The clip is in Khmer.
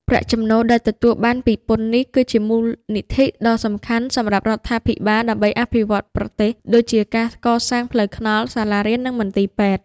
ប្រាក់ចំណូលដែលទទួលបានពីពន្ធនេះ គឺជាមូលនិធិដ៏សំខាន់សម្រាប់រដ្ឋាភិបាលដើម្បីអភិវឌ្ឍប្រទេស ដូចជាការសាងសង់ផ្លូវថ្នល់ សាលារៀន និងមន្ទីរពេទ្យ។